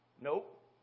Nope